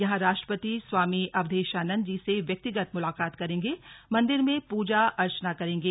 यहां राष्ट्रपति स्वामी अवघेशानद जी से व्यक्तिगत मुलाकात कर मन्दिर में पूजा अर्चना करेंगे